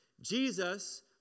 Jesus